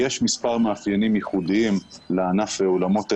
יש מספר מאפיינים ייחודיים לענף אולמות האירועים,